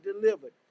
delivered